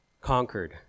conquered